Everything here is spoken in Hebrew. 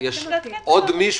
אני מודה לך על דיון ממצה,